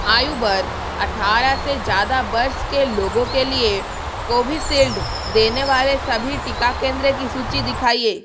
आयु वर्ग अठारह से ज़्यादा वर्ष के लोगों के लिए कोविशील्ड देने वाले सभी टीका केंद्र की सूची दिखाइये